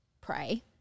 pray